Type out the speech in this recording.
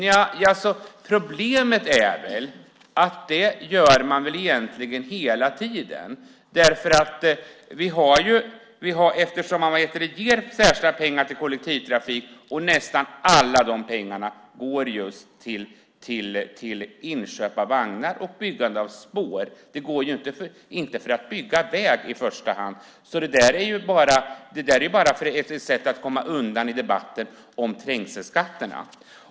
Nja, problemet är väl att man egentligen gör det hela tiden, eftersom man ger särskilda pengar till kollektivtrafik och nästan alla de pengarna går just till inköp av vagnar och byggande av spår. De går ju inte till att bygga väg i första hand. Det där är bara ett sätt att komma undan i debatten om trängselskatterna.